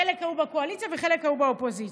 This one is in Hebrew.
חלק היו בקואליציה וחלק היו באופוזיציה,